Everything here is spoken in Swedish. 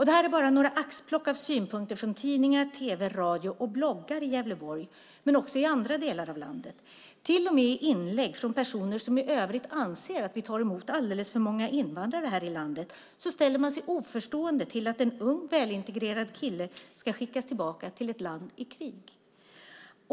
Det här är bara några axplock av synpunkter från tidningar, tv, radio och bloggar i Gävleborg men också i andra delar av landet. Till och med i inlägg från personer som i övrigt anser att vi tar emot alldeles för många invandrare här i landet ställer man sig oförstående till att en ung välintegrerad kille ska skickas tillbaka till ett land i krig.